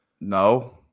No